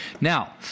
Now